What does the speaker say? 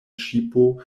ŝipo